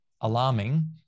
alarming